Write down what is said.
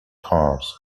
cars